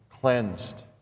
cleansed